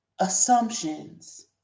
assumptions